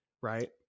right